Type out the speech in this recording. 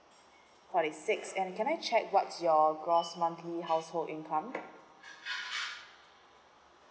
forty six and can I check what's your gross monthly household income